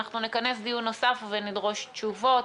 אנחנו נכנס דיון נוסף ונדרוש תשובות.